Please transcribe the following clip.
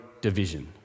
division